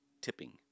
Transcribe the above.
tipping